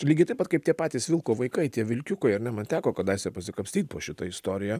lygiai taip pat kaip tie patys vilko vaikai tie vilkiukai ar ne man teko kadaise pasikapstyt po šitą istoriją